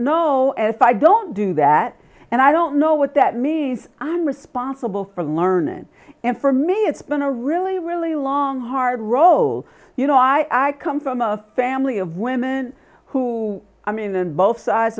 know as i don't do that and i don't know what that means i'm responsible for learning and for me it's been a really really long hard road you know i come from a family of women who i mean and both sides